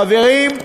חברים,